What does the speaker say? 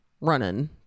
running